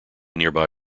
nearby